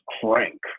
crank